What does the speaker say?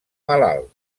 malalt